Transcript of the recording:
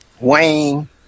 Wayne